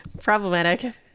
Problematic